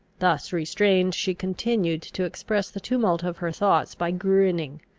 thus restrained, she continued to express the tumult of her thoughts by grinning,